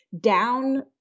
down